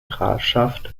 grafschaft